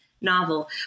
novel